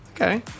Okay